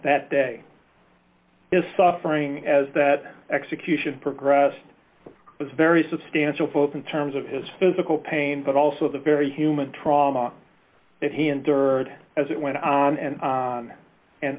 that day if suffering as that execution progressed very substantial pope in terms of his physical pain but also the very human trauma that he endured as it went on and on and